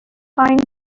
fine